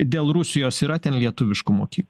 dėl rusijos yra ten lietuviškų mokyklų